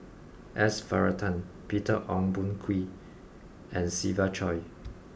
S Varathan Peter Ong Boon Kwee and Siva Choy